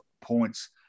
points